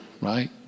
right